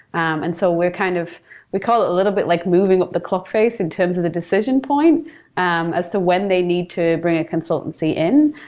um and so kind of we call it a little bit like moving up the clock phase in terms of the decision point um as to when they need to bring a consultancy in,